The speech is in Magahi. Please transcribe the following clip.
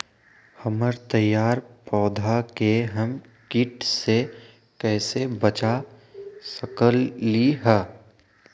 हमर तैयार पौधा के हम किट से कैसे बचा सकलि ह?